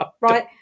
Right